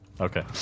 Okay